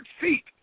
feet